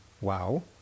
wow